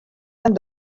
and